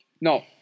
No